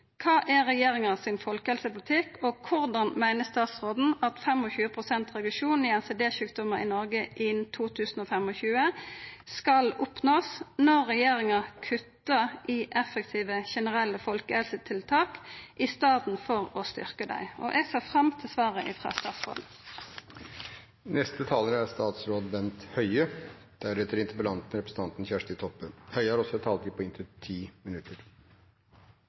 Kva er regjeringa sin folkehelsepolitikk, og korleis meiner statsråden at 25 pst. reduksjon i NCD-sjukdommar i Noreg innan 2025 skal oppnåast, når regjeringa kuttar i effektive, generelle folkehelsetiltak i staden for å styrkja dei? Eg ser fram til svaret